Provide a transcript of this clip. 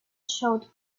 showed